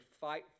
fight